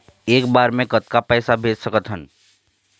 एक बार मे कतक पैसा भेज सकत हन?